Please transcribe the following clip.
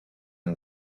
and